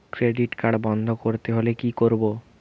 Credit card বন্ধ করতে হলে কি করব?